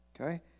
okay